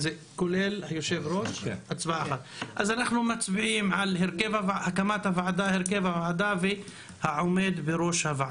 הצבעה חבר הכנסת מופיד מרעי נבחר ליושב ראש